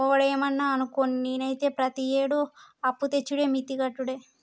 ఒవడేమన్నా అనుకోని, నేనైతే ప్రతియేడూ అప్పుతెచ్చుడే మిత్తి కట్టుడే